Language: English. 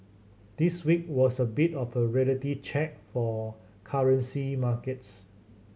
this week was a bit of a reality check for currency markets